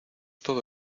todo